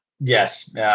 yes